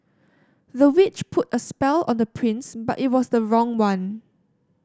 the witch put a spell on the prince but it was the wrong one